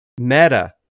Meta